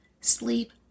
sleep